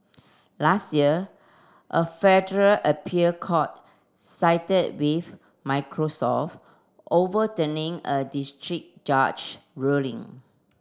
last year a federal appeal court sided with Microsoft overturning a district judge ruling